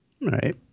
Right